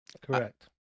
Correct